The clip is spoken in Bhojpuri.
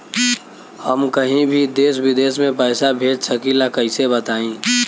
हम कहीं भी देश विदेश में पैसा भेज सकीला कईसे बताई?